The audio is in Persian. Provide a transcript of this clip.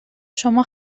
شما